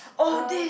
uh